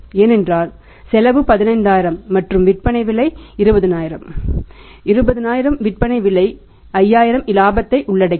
ஏனென்றால் செலவு 15000 மற்றும் விற்பனை விலை 20000 20000 விற்பனை விலை 5000 இலாபத்தை உள்ளடக்கியது